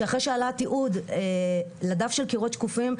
שאחרי שעלה תיעוד לדף של "קירות שקופים",